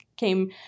Came